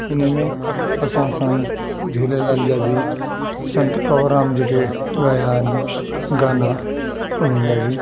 हिन में असां साईं झूलेलाल जा बि संत कवरराम जेके ॻाया आहिनि गाना उन्हनि जा बि